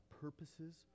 purposes